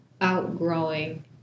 outgrowing